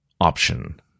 option